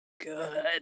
Good